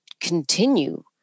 continue